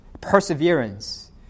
perseverance